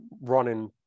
running